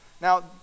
Now